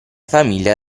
famiglia